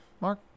Mark